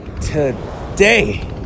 today